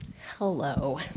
hello